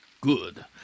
Good